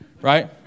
right